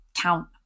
count